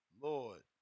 Lord